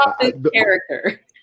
character